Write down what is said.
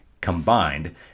Combined